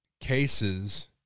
cases